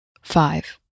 five